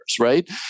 right